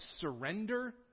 surrender